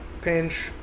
pinch